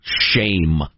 Shame